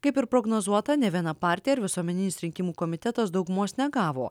kaip ir prognozuota nė viena partija visuomeninis rinkimų komitetas daugumos negavo